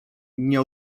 nie